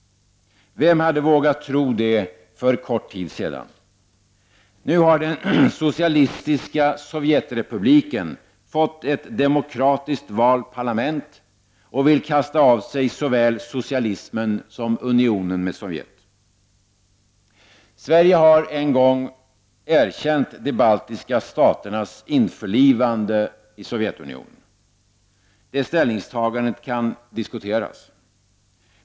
Vem hade vågat tro det för kort tid sedan! Nu har den socialistiska sovjetrepubliken Litauen fått ett demokratiskt valt parlament och vill kasta av sig såväl socialismen som unionen med Sovjet. Sverige har en gång erkänt de baltiska staternas införlivande med Sovjetunionen. Det ställningstagandet kan diskuteras.